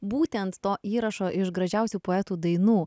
būtent to įrašo iš gražiausių poetų dainų